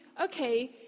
okay